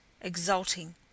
exulting